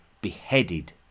beheaded